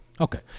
Okay